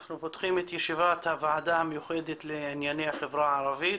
אנחנו פותחים את ישיבת הוועדה המיוחדת לענייני החברה הערבית.